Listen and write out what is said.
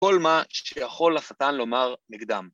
‫כל מה שיכול השטן לומר נגדם.